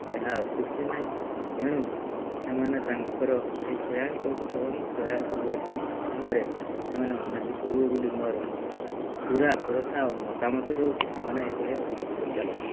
ଏହା ଅତ୍ୟୁକ୍ତି ନାହିଁ ତେଣୁ ସେମାନେ ତାଙ୍କର ସେଇ ସ୍ୱୟଂ ସହାୟକ ଗୋଷ୍ଠୀ ମାଧ୍ୟମରେ ସେମାନେ ଉନ୍ନତି କରିବେ ବୋଲି ମୋର ପୁରା ଭରସା ଆଉ ମତାମତ ଦେଉଛି ସେମାନେ ଏଇଭଳିଆ ଉନ୍ନତି କରି ଚାଲନ୍ତୁ